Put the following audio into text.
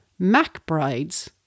Macbrides